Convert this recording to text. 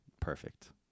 Perfect